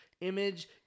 Image